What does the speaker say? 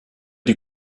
die